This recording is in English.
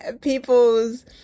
people's